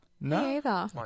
No